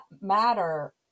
matter